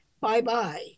bye-bye